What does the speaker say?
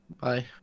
Bye